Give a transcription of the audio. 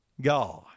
God